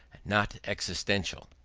not existential.